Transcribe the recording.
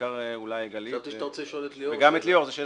בעיקר את גלית וגם את ליאור.